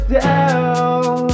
down